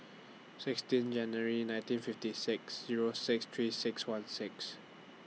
sixteen January nineteen fifty six Zero six three six one six